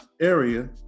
area